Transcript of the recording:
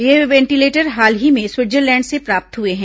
ये वेंटीलेटर हाल ही में स्विटजरलैंड से प्राप्त हुए हैं